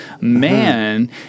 man